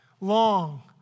Long